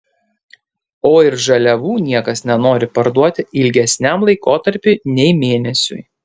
o ir žaliavų niekas nenori parduoti ilgesniam laikotarpiui nei mėnesiui